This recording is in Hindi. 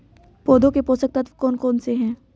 पौधों के पोषक तत्व कौन कौन से हैं?